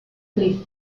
christi